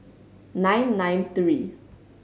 nine nine three